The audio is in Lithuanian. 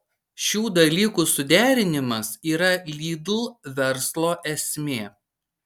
šių dalykų suderinimas yra lidl verslo esmė